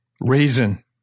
reason